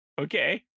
okay